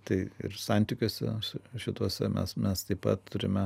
tai ir santykiuose šituose mes mes taip pat turime